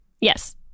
Yes